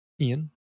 Ian